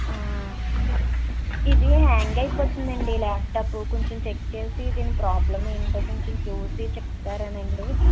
ఇది హ్యాంగ్ అయిపోతుందండి ల్యాప్టాప్ కొంచెం చెక్ చేసి దీని ప్రాబ్లెమ్ ఎంటో కొంచెం చూసి చెప్తారా అండి